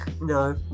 No